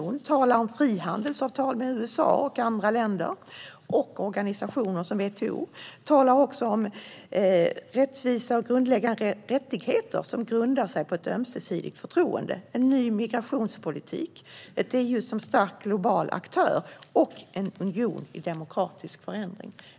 Man talar om frihandelsavtal med USA och andra länder och organisationer som WTO. Man talar också om rättvisa och grundläggande rättigheter som grundar sig på ett ömsesidigt förtroende liksom en ny migrationspolitik, ett EU som en stark global aktör och en union i demokratisk förändring.